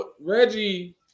Reggie